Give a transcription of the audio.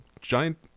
giant